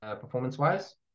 performance-wise